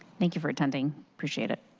thank you for attending. appreciate it.